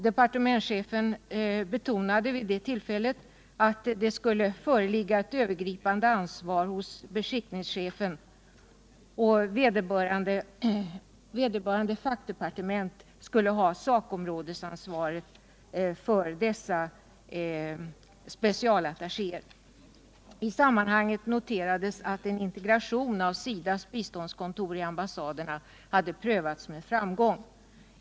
Departementschefen betonade vid det tillfället att det skulle föreligga ett övergripande ansvar hos beskickningschefen, och vederbörande fackdepartement skulle ha sakområdesansvaret för specialattachéerna. I sammanhanget noterades att en integration av SIDA:s biståndskontor i ambassaderna hade prövats med framgång.